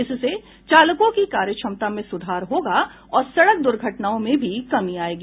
इससे चालकों की कार्यक्षमता में सुधार होगा और सड़क दुर्घटनाओं में भी कमी आएगी